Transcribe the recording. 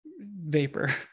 vapor